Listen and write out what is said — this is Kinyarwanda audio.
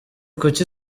kuki